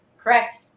Correct